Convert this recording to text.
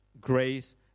grace